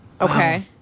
Okay